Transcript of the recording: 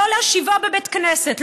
לא להושיבו בבית כנסת,